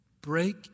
Break